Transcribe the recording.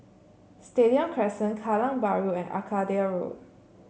Stadium Crescent Kallang Bahru and Arcadia Road